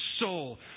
soul